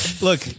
Look